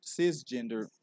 cisgender